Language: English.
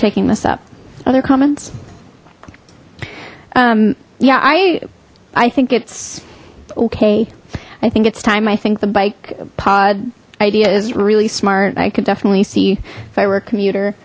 taking this up other comments um yeah i i think it's okay i think it's time i think the bike pod idea is really smart i could definitely see if i were commuter